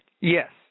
Yes